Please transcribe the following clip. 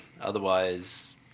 Otherwise